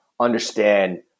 understand